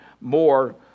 more